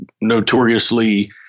notoriously